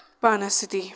پانَس سۭتی